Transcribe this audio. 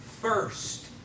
first